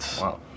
Wow